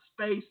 Space